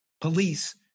police